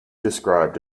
described